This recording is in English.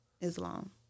Islam